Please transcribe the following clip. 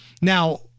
Now